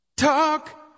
Talk